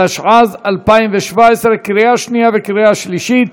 התשע"ז 2017, לקריאה שנייה וקריאה שלישית.